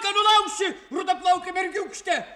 nulauši raudonplauke mergiūkšte